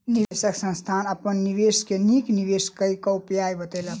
निवेश संस्थान अपन निवेशक के नीक निवेश करय क उपाय बतौलक